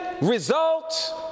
result